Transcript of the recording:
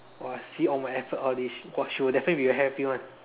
!wah! see all my effort all this !wah! she will definitely be happy [one]